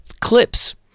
clips